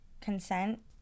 consent